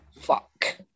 fuck